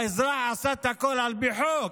האזרח עשה הכול על פי חוק.